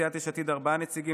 לסיעת יש עתיד ארבעה נציגים,